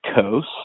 Coast